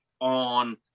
on